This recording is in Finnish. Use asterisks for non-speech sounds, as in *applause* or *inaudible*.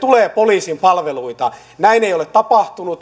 tulee poliisin palveluita näin ei ole tapahtunut *unintelligible*